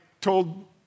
told